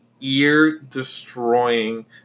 ear-destroying